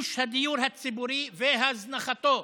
ייבוש הדיור הציבורי והזנחתו.